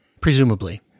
Presumably